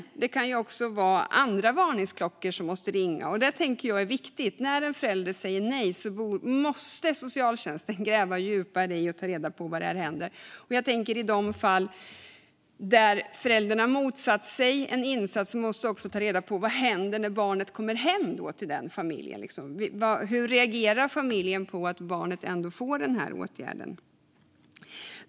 Det kan dock även vara andra varningsklockor som måste ringa, och det är viktigt. När en förälder säger nej måste socialtjänsten gräva djupare och ta reda på vad som händer. I de fall där föräldern har motsatt sig en insats måste man också ta reda på vad som händer när barnet kommer hem till familjen - hur reagerar familjen på att barnet får denna åtgärd?